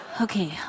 Okay